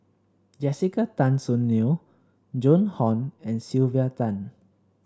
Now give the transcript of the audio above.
Jessica Tan Soon Neo Joan Hon and Sylvia Tan